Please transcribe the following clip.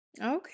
Okay